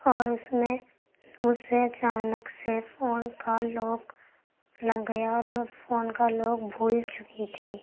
اور اس میں مجھ سے اچانک سے فون کا لوک لگ گیا اور میں فون کا لوک بھول چکی تھی